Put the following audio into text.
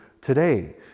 today